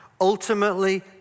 ultimately